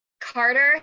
Carter